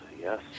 yes